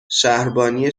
شهربانی